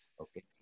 okay